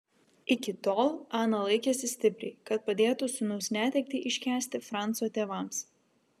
iki tol ana laikėsi stipriai kad padėtų sūnaus netektį iškęsti franco tėvams